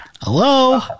hello